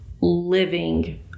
living